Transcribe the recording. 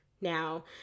Now